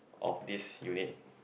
of this unit